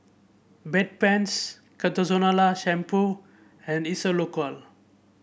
Bedpans Ketoconazole Shampoo and Isocal